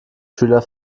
schüler